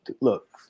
Look